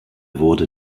wurde